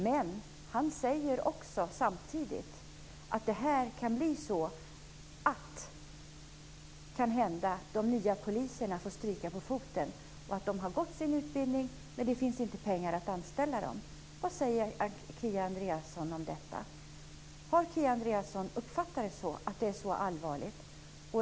Men han har samtidigt sagt att det kan bli så att de nya poliserna får stryka på foten. Det kan bli så, att när de har gått sin utbildning finns det inte pengar att anställa dem. Vad säger Kia Andreasson om det? Har Kia Andreasson uppfattat att det är så allvarligt?